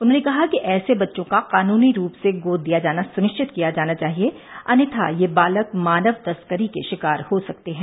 उन्होंने कहा कि ऐसे बच्चों का कानूनी रूप से गोद दिया जाना सुनिश्चित किया जाना चाहिए अन्यथा यह बालक मानव तस्करी के शिकार हो सकते हैं